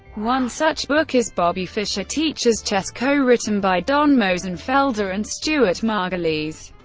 one such book is bobby fischer teaches chess, co-written by donn mosenfelder and stuart margulies.